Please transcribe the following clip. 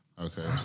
Okay